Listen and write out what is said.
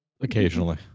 Occasionally